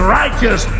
righteous